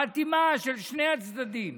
חתימה של שני הצדדים.